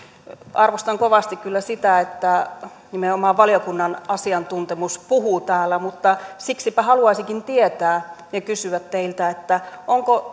arvostan kovasti kyllä sitä että nimenomaan valiokunnan asiantuntemus puhuu täällä siksipä haluaisinkin tietää ja kysyä teiltä